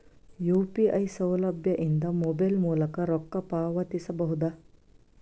UPI ಸೌಲಭ್ಯ ಇಂದ mobile ಮೂಲಕ ರೊಕ್ಕ ಪಾವತಿಸ ಬಹುದಾ?